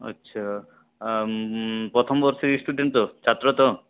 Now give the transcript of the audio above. আচ্ছা প্রথমবর্ষের স্টুডেন্ট তো ছাত্র তো